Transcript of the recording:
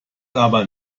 aber